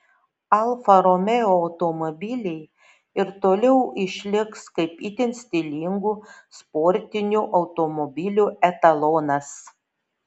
alfa romeo automobiliai ir toliau išliks kaip itin stilingų sportinių automobilių etalonas